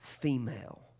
female